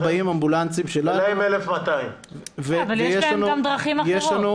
יש לנו 40 אמבולנסים --- ולהם 1,200. אבל יש להם גם דרכים אחרות.